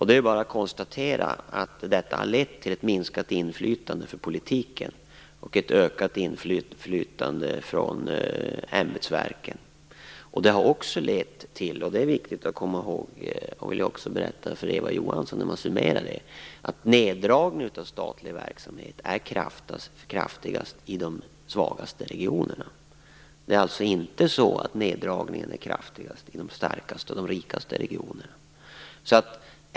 Det är bara att konstatera att detta har lett till ett minskat inflytande för politiken och ett ökat inflytande för ämbetsverken. Det har också lett till - och det är också viktigt att komma ihåg, och jag vill berätta detta för Eva Johansson - att neddragningen av statlig verksamhet är kraftigast i de svagaste regionerna. Det är inte så att neddragningen är kraftigast i de starkaste och rikaste regionerna.